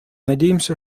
надеемся